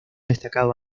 destacado